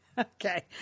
Okay